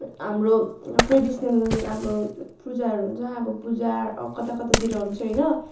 हाम्रो ट्रेडिसनल अब पूजाहरू हुन्छ अब पूजा कता कतातिर हुन्छ होइन